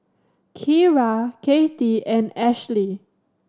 Keira Cathey and Ashleigh